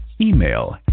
Email